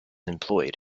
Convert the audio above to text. employed